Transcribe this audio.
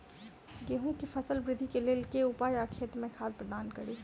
गेंहूँ केँ फसल वृद्धि केँ लेल केँ उपाय आ खेत मे खाद प्रदान कड़ी?